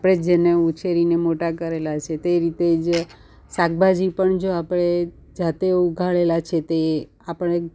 આપણે જેને ઉછેરીને મોટા કરેલાં છે તે રીતે જ શાકભાજી પણ જો આપણે જાતે ઉગાડેલા છે તે આપણને